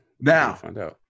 now